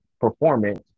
performance